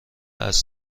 اسب